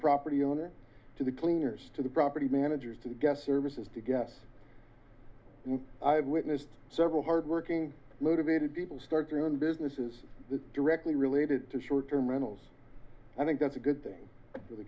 property owner to the cleaners to the property managers to guest services to guess i have witnessed several hardworking motivated people start their own business is directly related to short term rentals i think that's a good thing for the